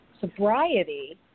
sobriety